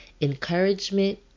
encouragement